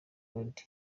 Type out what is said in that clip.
lady